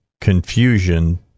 confusion